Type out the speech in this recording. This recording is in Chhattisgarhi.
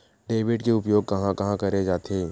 डेबिट के उपयोग कहां कहा करे जाथे?